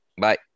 Bye